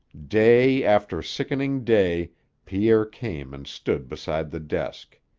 day after sickening day pierre came and stood beside the desk,